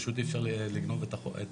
פשוט אי אפשר לגנוב את הזה,